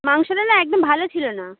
মাংসটা না একদম ভালো ছিলো না